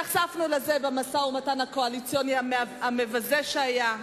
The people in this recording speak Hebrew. נחשפנו לזה במשא-ומתן הקואליציוני המבזה שהיה,